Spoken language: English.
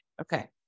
Okay